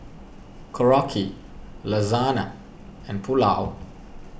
Korokke Lasagne and Pulao